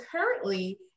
currently